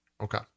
Okay